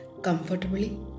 comfortably